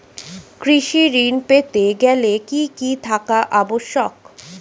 কৃষি ঋণ পেতে গেলে কি কি থাকা আবশ্যক?